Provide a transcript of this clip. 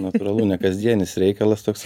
natūralu ne kasdienis reikalas toksai